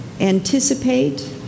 anticipate